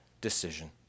decision